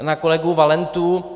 Na kolegu Valentu.